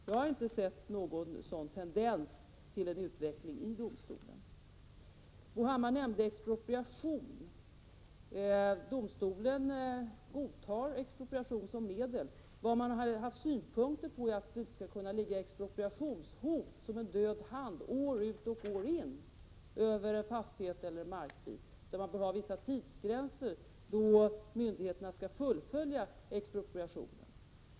Jag har inte sett någon tendens till att domstolen gått i en sådan riktning. Bo Hammar nämnde expropriationer. Domstolen godtar expropriation som medel. Vad man har haft synpunkter på är att expropriationshot kan ligga som en död hand år ut och år in över en fastighet eller ett markstycke. Man bör ha vissa tidsgränser inom vilka myndigheterna kan fullfölja expropriationen.